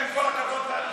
גם עם כל הכבוד לנציבה,